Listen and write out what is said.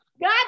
God